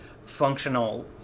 functional